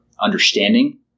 understanding